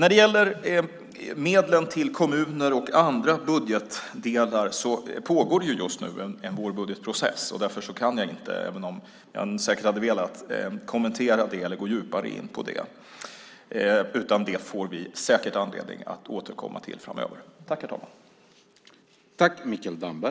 När det gäller medlen till kommuner och andra budgetdelar pågår just nu en vårbudgetprocess, och därför kan jag inte, även om jag säkert hade velat, kommentera eller gå djupare in på detta. Det får vi säkert anledning att återkomma till framöver.